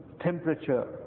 temperature